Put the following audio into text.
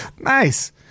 Nice